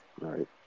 Right